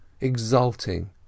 exulting